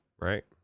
right